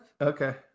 Okay